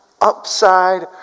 upside